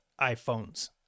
iPhones